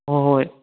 ꯍꯣꯏ ꯍꯣꯏ